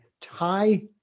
Tie